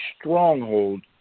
stronghold